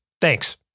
Thanks